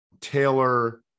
Taylor